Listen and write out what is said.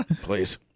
Please